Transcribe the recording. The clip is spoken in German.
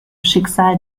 schicksal